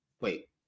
Wait